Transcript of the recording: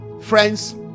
Friends